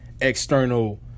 external